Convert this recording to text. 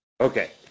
okay